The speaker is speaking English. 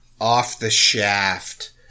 off-the-shaft